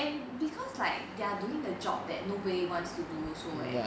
and because like they are doing the job that nobody wants to do also right